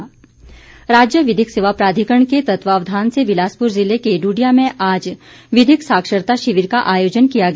शिविर राज्य विधिक सेवा प्राधिकरण के तत्वावधान से बिलासपुर जिले के ड्डिया में आज विधिक साक्षरता शिविर का आयोजन किया गया